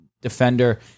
defender